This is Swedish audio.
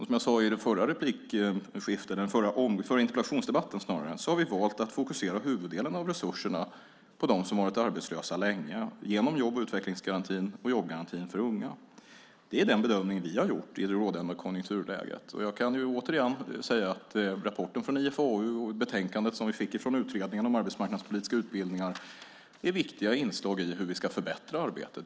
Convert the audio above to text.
Som jag sade i den förra interpellationsdebatten har vi valt att fokusera huvuddelen av resurserna på dem som har varit arbetslösa länge, genom jobb och utvecklingsgarantin och jobbgarantin för unga. Det är den bedömning vi har gjort i det rådande konjunkturläget. Jag kan återigen säga att rapporten från IFAU och betänkandet som vi fick från Utredningen om arbetsmarknadspolitiska utbildningar är viktiga inslag i hur vi ska förbättra arbetet.